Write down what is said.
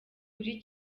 kuri